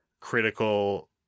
critical